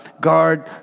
Guard